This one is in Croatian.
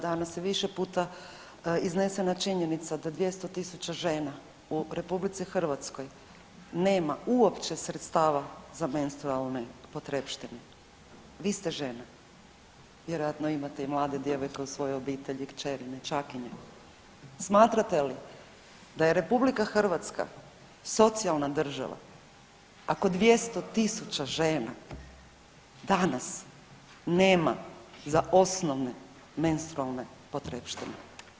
Danas je više puta iznesena činjenica da 200.000 žena u RH nema uopće sredstava za menstrualne potrepštine, vi ste žena vjerojatno imate i mlade djevojke u svojoj obitelji, kćeri, nećakinje, smatrate li da je RH socijalna država ako 200.000 žena danas nema za osnovne menstrualne potrepštine?